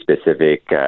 specific